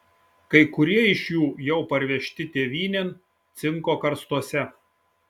kai kurie iš jų jau parvežti tėvynėn cinko karstuose